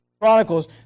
Chronicles